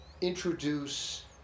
introduce